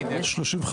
יש פה